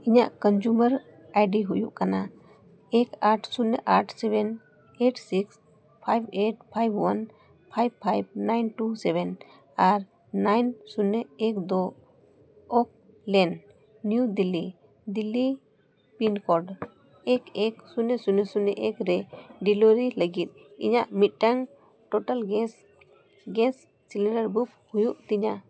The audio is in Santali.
ᱤᱧᱟᱹᱜ ᱠᱚᱱᱡᱩᱢᱟᱨ ᱟᱭᱰᱤ ᱦᱩᱭᱩᱜ ᱠᱟᱱᱟ ᱮᱠ ᱟᱴ ᱥᱩᱱᱱᱚ ᱟᱴ ᱥᱩᱱᱱᱚ eight six five eight five one five five nine two seven ᱟᱨ ᱱᱟᱭᱤᱱ ᱥᱩᱱᱱᱚ ᱮᱠ ᱫᱩ ᱚᱠᱞᱮᱱᱰ new Delhi Delhi pin code ᱮᱠ ᱮᱠ ᱥᱩᱱᱱᱚ ᱥᱩᱱᱱᱚ ᱥᱩᱱᱱᱚ ᱮᱠ ᱨᱮ ᱰᱮᱞᱤᱵᱷᱟᱨᱤ ᱞᱟᱹᱜᱤᱫ ᱤᱧᱟᱹᱜ ᱢᱤᱫᱴᱟᱱ total gas gas cylinder book ᱦᱩᱭᱩᱜ ᱛᱤᱧᱟ